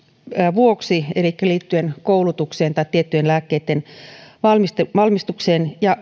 vuoksi elikkä liittyen koulutukseen tai tiettyjen lääkkeitten valmistukseen valmistukseen ja